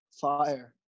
fire